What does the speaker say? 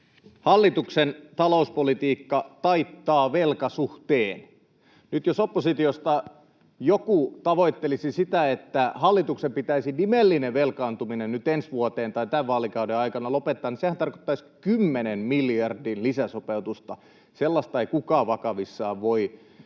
Hallituksen talouspolitiikka taittaa velkasuhteen. Nyt jos oppositiosta joku tavoittelisi sitä, että hallituksen pitäisi nimellinen velkaantuminen ensi vuoteen tai tämän vaalikauden aikana lopettaa, niin sehän tarkoittaisi kymmenen miljardin lisäsopeutusta. Sellaista ei kukaan vakavissaan voi